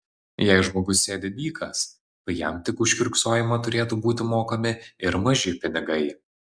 jei žmogus sėdi dykas tai jam tik už kiurksojimą turėtų būti mokami ir maži pinigai